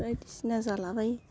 बायदिसिना जालाबायो